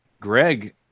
Greg